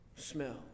smell